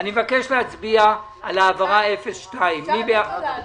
אני מבקש להצביע על העברה 8002. אפשר לתת לו לענות?